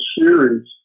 series